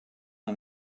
and